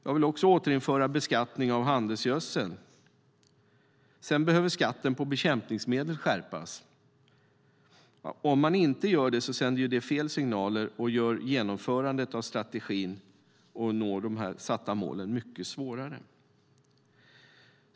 Jag vill också återinföra beskattning av handelsgödsel. Sedan behöver skatten på bekämpningsmedel skärpas. Om man inte gör det sänder det fel signaler och gör genomförandet av strategin att nå de uppsatta målen mycket svårare.